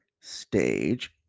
stage